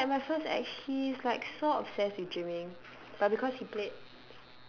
ya like my first ex he is like so obsessed with gymming but because he played